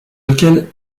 lequel